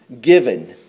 given